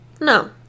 no